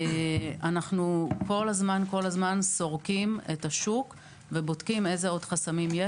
אנחנו כל הזמן סורקים את השוק ובודקים איזה חסמים יש עוד,